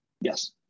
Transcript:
Yes